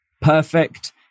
perfect